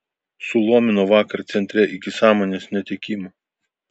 sulomino vakar centre iki sąmonės netekimo